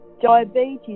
diabetes